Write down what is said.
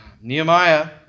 Nehemiah